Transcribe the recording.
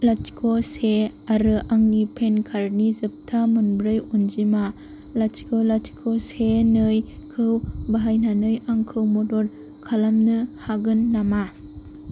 लाथिख' से आरो आंनि पान कार्डनि जोबथा मोनब्रै अनजिमा लाथिख' लाथिख' से नैखौ बाहायनानै आंखौ मदद खालामनो हागोन नामा